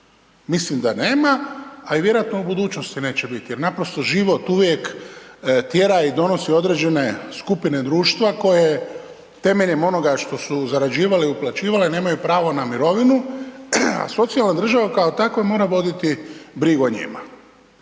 Mislim da nema, a vjerojatno u budućnosti neće biti jer naprosto život uvijek tjera i donosi određene skupine društva koje temeljem onoga što su zarađivale i uplaćivale nemaju pravo na mirovinu, a socijalna država kao takva mora voditi brigu o njima.